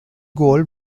goal